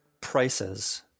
prices